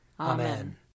Amen